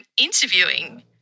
interviewing